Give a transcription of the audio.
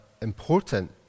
important